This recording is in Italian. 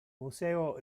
museo